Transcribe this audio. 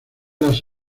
las